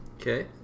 Okay